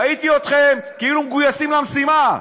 ראיתי אתכם כאילו מגויסים למשימה,